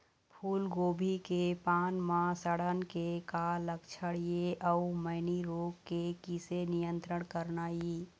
फूलगोभी के पान म सड़न के का लक्षण ये अऊ मैनी रोग के किसे नियंत्रण करना ये?